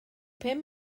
pum